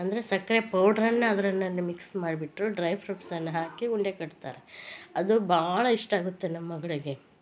ಅಂದರೆ ಸಕ್ಕರೆ ಪೌಡ್ರನ್ನ ಅದ್ರನ್ನ ಮಿಕ್ಸ್ ಮಾಡ್ಬಿಟ್ಟು ಡ್ರೈ ಫ್ರುಟ್ಸನ್ನಾ ಹಾಕಿ ಉಂಡೆ ಕಟ್ತಾರೆ ಅದು ಭಾಳ ಇಷ್ಟ ಆಗುತ್ತೆ ನಮ್ಮ ಮಗಳಿಗೆ